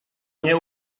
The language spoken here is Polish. nie